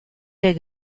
der